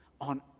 on